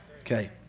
Okay